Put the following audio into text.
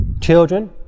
children